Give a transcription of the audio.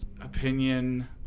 opinion